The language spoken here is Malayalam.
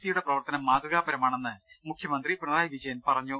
സിയുടെ പ്രവർത്തനം മാതൃ കാപരമാണെന്ന് മുഖ്യമന്ത്രി പിണറായി വിജയൻ പറഞ്ഞു